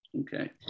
Okay